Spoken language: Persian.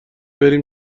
بریم